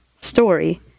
story